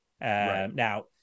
Now